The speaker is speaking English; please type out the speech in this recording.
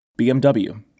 BMW